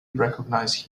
recognize